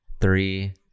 three